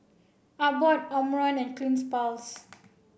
Abbott Omron and Cleanz plus